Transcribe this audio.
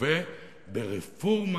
מלווה ברפורמה